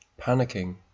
panicking